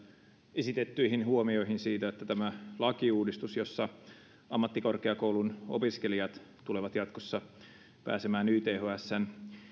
esitettyihin huomioihin siitä että tämä lakiuudistus jossa ammattikorkeakoulun opiskelijat tulevat jatkossa pääsemään ythsn